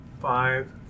five